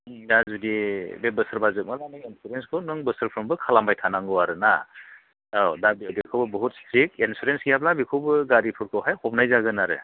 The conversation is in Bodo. दा जुदि बे बोसोरबा जोबबा नों एनसुरेनसखौ बोसोरफ्रोमबो खालामबाय थानांगौ आरोना औ दा बेखौबो बहुद स्ट्रिक एनसुरेनस गैयाब्ला बेखौबो गारिफोरखौहाय हमनाय जागोन आरो